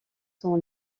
sont